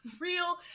real